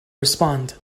respond